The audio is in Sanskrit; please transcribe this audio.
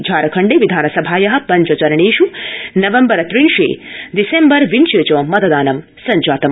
झारखण्डे विधानसभाया पञ्चचरणेष् नवम्बर त्रिंशे दिसम्बर विंशे च मतदानं जातम